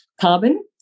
carbon